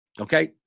okay